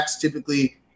typically